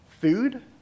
Food